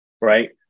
right